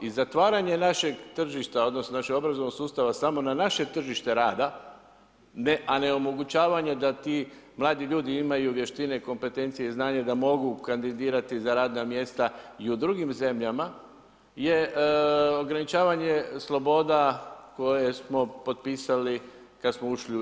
I zatvaranje našeg tržišta, odnosno, našeg obrazovnog sustava samo na naše tržišta rada, a ne omogućavanje, da ti mladi ljudi imaju vještine kompetencije i znanje, da mogu kandidirati za radna mjesta i u drugim zemljama, je ograničavanja sloboda koje smo potpisali kad smo ušli u EU.